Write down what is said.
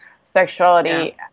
sexuality